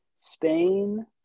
Spain